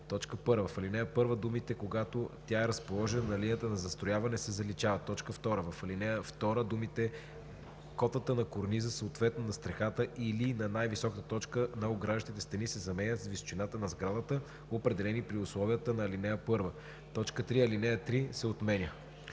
1. в ал. 1 думите „когато тя е разположена на линията на застрояване“ се заличават; 2. в ал. 2 думите „котата на корниза, съответно на стрехата или на най-висока точка на ограждащите стени“ се заменят с „височината на сградата, определени при условията на ал. 1; 3. ал. 3 се отменя.“